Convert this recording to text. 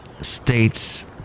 states